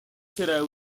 será